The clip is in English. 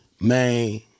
Man